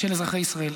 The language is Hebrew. של אזרחי ישראל.